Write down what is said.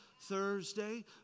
Thursday